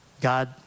God